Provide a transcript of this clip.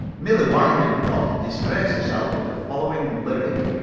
millie wyandotte disgraced herself with the following lyric